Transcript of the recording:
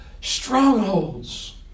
strongholds